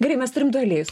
gerai mes turim du aliejus